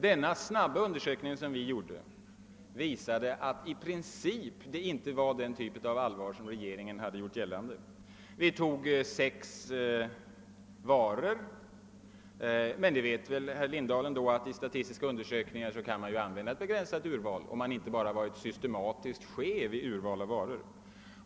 Den snabba undersökning som vi gjorde visade emellertid att det i princip inte rörde sig om det läge som regeringen talat om. Vi tog bara sex varor, men herr Lindahl vet väl att man i statistiska undersökningar kan använda sig av ett begränsat urval, om man bara inte är systematiskt skev i sitt val av varor.